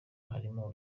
harimo